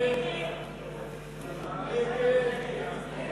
ההצעה להסיר